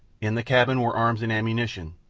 in the cabin were arms and ammunition,